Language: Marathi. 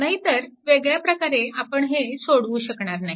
नाहीतर वेगळ्या प्रकारे आपण हे सोडवू शकणार नाही